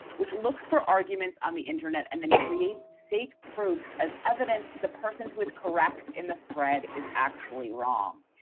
which looks for arguments on the internet and then creates fake proofs as evidence that the person who is correct in the thread is actually wrong.